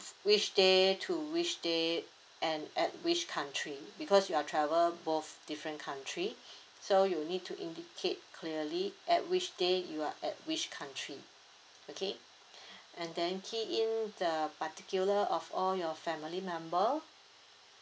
which day to which day and at which country because your are travel both different country so you need to indicate clearly at which day you are at which country okay and then key in the particular of all your family member